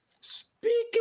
speaking